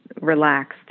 relaxed